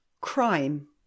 Crime